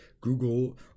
Google